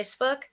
Facebook